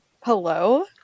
Hello